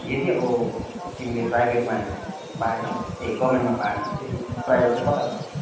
यदि अब तिमीले प्राइभेटमा पाएन भने चाहिँ ए गभर्मेन्टमा पाएन भने चाहिँ प्राइभेट चाहिँ कता गर्ने